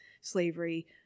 slavery